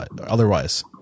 otherwise